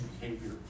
behavior